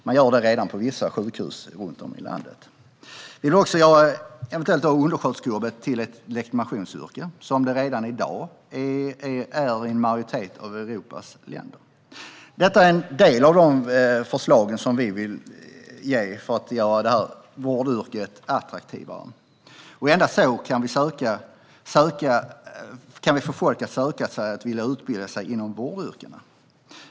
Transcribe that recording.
Man gör det redan på vissa sjukhus runt om i landet. Vi vill också eventuellt göra undersköterskejobbet till ett legitimationsyrke. Det är det redan i dag i en majoritet av Europas länder. Detta en del av våra förslag för att göra vårdyrket attraktivare. Endast så kan vi få människor att söka sig till och vilja utbilda sig inom vårdyrkena.